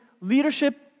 leadership